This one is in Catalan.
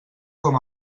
com